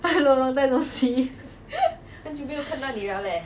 hello long time no see